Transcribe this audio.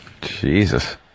Jesus